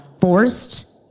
forced